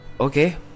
Okay